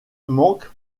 manque